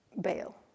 bail